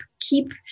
keep